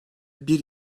bir